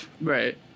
right